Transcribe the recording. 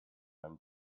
einem